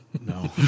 No